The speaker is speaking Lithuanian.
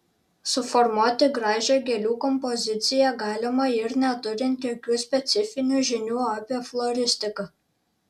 suformuoti gražią gėlių kompoziciją galima ir neturint jokių specifinių žinių apie floristiką